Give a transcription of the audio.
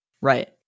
Right